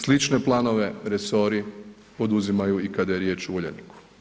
Slično planove resori poduzimaju i kada je riječ o Uljaniku.